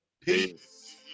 Peace